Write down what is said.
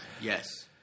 Yes